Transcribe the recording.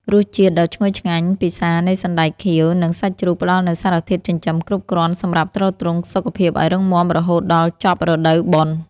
រសជាតិដ៏ឈ្ងុយឆ្ងាញ់ពិសានៃសណ្ដែកខៀវនិងសាច់ជ្រូកផ្ដល់នូវសារធាតុចិញ្ចឹមគ្រប់គ្រាន់សម្រាប់ទ្រទ្រង់សុខភាពឱ្យរឹងមាំរហូតដល់ចប់រដូវបុណ្យ។